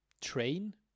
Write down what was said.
train